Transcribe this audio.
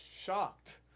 shocked